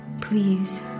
please